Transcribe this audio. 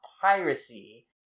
piracy